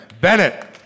Bennett